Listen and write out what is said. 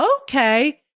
Okay